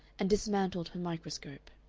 and dismantled her microscope.